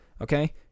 Okay